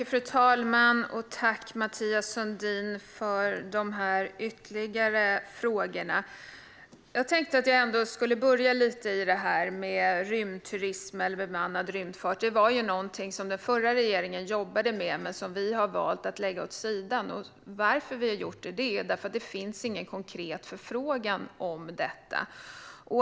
Fru talman! Tack för de ytterligare frågorna, Mathias Sundin! Jag tänkte att jag skulle börja lite i det här med rymdturism eller bemannad rymdfart. Det var någonting som den förra regeringen jobbade med men som vi har valt att lägga åt sidan. Anledningen till att vi har gjort det är att det inte finns någon konkret förfrågan om detta.